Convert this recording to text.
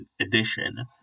edition